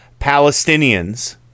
Palestinians